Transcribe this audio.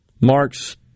marks